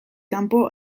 kanpo